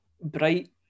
bright